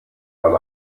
beim